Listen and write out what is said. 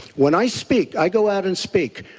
when i speak, i go out and speak,